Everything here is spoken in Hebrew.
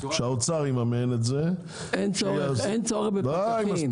שהאוצר יממן את זה --- אין צורך בפקחים --- די,